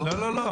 לא, לא.